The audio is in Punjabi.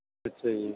ਅੱਛਾ ਜੀ